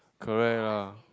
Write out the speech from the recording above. correct lah